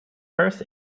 first